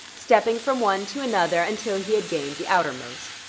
stepping from one to another until he had gained the outermost.